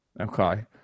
Okay